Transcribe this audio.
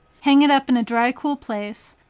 hang it up in a dry cool place,